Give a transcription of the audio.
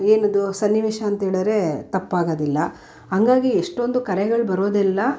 ಏನಿದು ಸನ್ನಿವೇಶ ಅಂತ ಹೇಳಿದರೆ ತಪ್ಪಾಗೋದಿಲ್ಲ ಹಾಗಾಗಿ ಎಷ್ಟೊಂದು ಕರೆಗಳು ಬರೋದೆಲ್ಲ ನಾವು